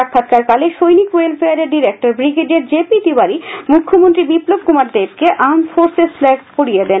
সাক্ষাৎকারকালে সৈনিক ওয়েলফেয়ার এর director brigadier J P Tiwari মুখ্যমন্ত্রী বিপ্লব কুমার দেবকে আর্মড ফোর্সেস ফ্ল্যাগ পরিয়ে দেন